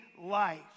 life